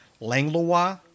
Langlois